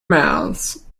mouths